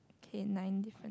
okay nine difference